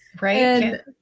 Right